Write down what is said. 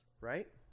right